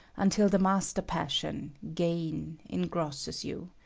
until the master-passion, gain, engrosses you.